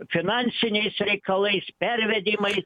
finansiniais reikalais pervedimai